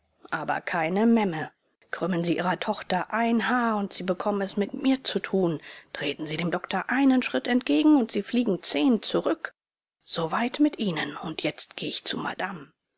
aber keine memme krümmen sie ihrer tochter ein haar und sie bekommen es mit mir zu tun treten sie dem doktor einen schritt entgegen und sie fliegen zehn zurück soweit mit ihnen jetzt gehe ich zu madame